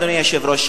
אדוני היושב-ראש,